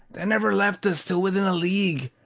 that never left us till within a league,